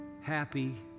happy